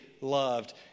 loved